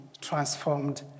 transformed